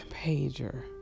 pager